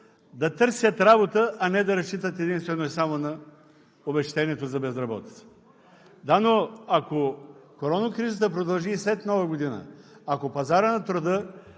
да търсят работа, а не да разчитат единствено и само на обезщетението за безработица. Да, но ако корона кризата продължи и след Нова година, ако пазарът на труда